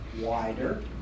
wider